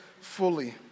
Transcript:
fully